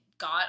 got